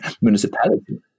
municipality